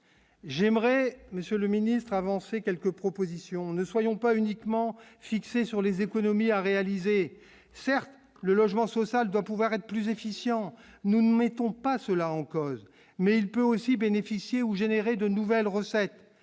j'aimerais, monsieur le ministre, avancé quelques propositions, ne soyons pas uniquement fixées sur les économies à réaliser, certes, le logement social doit pouvoir être plus efficient, nous ne mettons pas cela en cause, mais il peut aussi bénéficier ou générer de nouvelles recettes